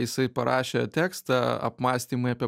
jisai parašė tekstą apmąstymai apie